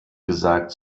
gesagt